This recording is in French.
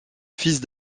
fils